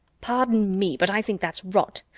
pardon me, but i think that's rot.